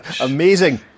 Amazing